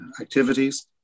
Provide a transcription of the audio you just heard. activities